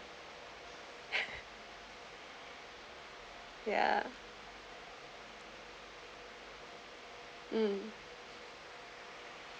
ya mm